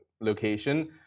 location